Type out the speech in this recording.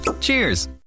Cheers